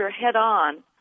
head-on